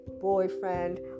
boyfriend